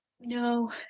no